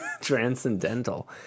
Transcendental